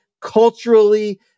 culturally